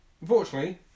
unfortunately